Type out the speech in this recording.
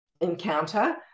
encounter